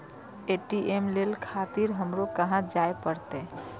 ATM ले खातिर हमरो कहाँ जाए परतें?